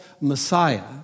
messiah